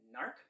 narc